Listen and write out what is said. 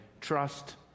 Trust